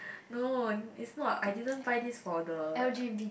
no is not I didn't find this for the